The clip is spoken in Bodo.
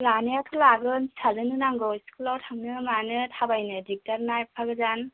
लानायाथ' लागोन फिसाजोनो नांगौ स्कुलआव थांनो मानो थाबायनो दिगदार ना एफा गोजान